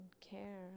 care